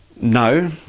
No